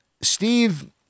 Steve